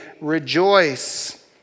rejoice